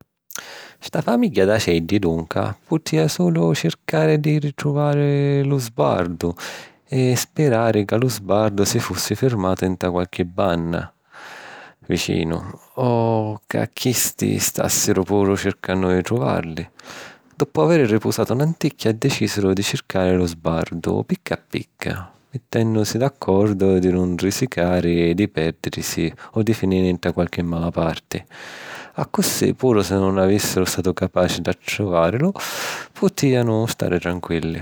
Sta famigghia d’aceddi, dunca, putìa sulu circari di ritruvari lu sbardu, e sperari ca lu sbardu si fussi fermatu nta qualchi banna vicinu, o ca chisti stàssiru puru circannu di truvàrili. Doppu aviri ripusatu n’anticchia, dicìsiru di circari lu sbardu picca a picca, mittènnusi d’accordu di nun risicari di pèrdirisi o di finiri nta qualchi mala parti. Accussì, puru si nun avìssiru statu capaci d’attruvàrilu, putìanu stari tranquilli.